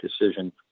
decision